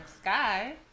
Sky